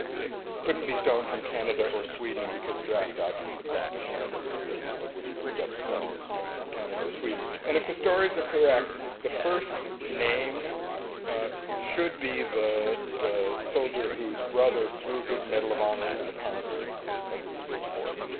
it couldn't be stone from canada or sweden because draft dodgers had gone to canada or and sweden so they wouldn't accept stone from canada or sweden. and if stories are correct the first name should be the the soldier who's brother threw his medal of honor into the concrete as it was being poured.